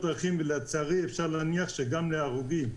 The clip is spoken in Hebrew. ולצערי אפשר להניח שגם להרוגים.